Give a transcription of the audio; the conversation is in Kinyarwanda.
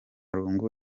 rungu